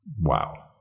wow